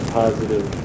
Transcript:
positive